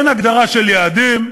אין הגדרה של יעדים.